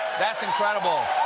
that's incredible.